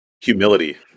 humility